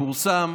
פורסם,